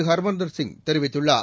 ஹர்மந்தர் சிய் தெரிவித்துள்ளார்